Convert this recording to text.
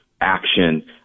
action